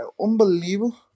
Unbelievable